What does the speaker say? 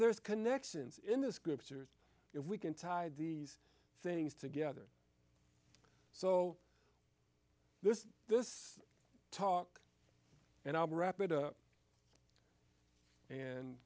there's connections in the scriptures if we can tie these things together so this this talk and i'll be wrap it up and